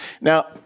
Now